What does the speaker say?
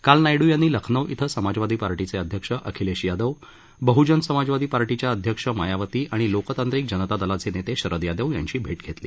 काल नायड् यांनी लखनौ इथं समाजवादी पार्टीचे अध्यक्ष अखिलेख यादव बहजन समाजवादी पार्टीच्या अध्यक्ष मायावती आणि लोकतांत्रिक जनता दलाचे नेते शरद यादव यांची भेट घेतली